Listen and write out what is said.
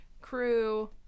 crew